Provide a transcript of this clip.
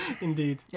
Indeed